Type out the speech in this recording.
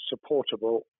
supportable